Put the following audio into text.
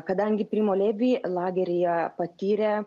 kadangi primo levi lageryje patyrė